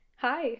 Hi